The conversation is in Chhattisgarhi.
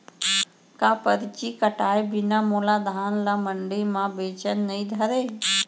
का परची कटाय बिना मोला धान ल मंडी म बेचन नई धरय?